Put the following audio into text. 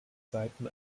seiten